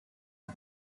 and